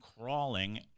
crawling